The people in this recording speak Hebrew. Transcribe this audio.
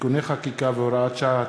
(תיקוני חקיקה והוראת שעה),